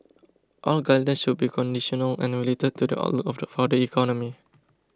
all guidance should be conditional and related to the outlook for the economy